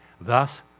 Thus